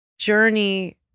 journey